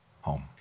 home